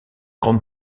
grande